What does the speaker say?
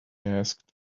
asked